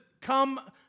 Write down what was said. come